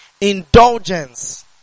Indulgence